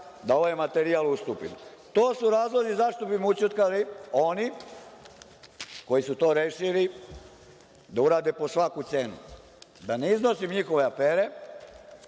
da ovaj materijal ustupim. To su razlozi zašto bi me ućutkali oni koji su to rešili da urade po svaku cenu, da ne iznosim njihove afere.